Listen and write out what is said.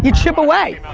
ah chip away.